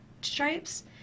stripes